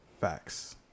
facts